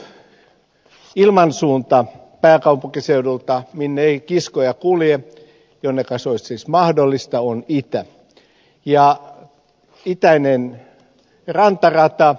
ainut ilmansuunta minne ei pääkaupunkiseudulta kiskoja kulje ja jonneka se olisi siis mahdollista on itä ja itäinen rantarata tarvitaan